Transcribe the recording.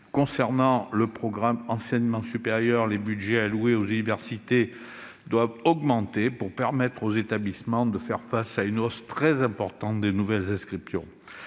Concernant le programme relatif à l'enseignement supérieur, les budgets alloués aux universités doivent augmenter pour permettre aux établissements de faire face à une hausse très importante des nouvelles inscriptions.